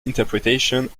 interpretation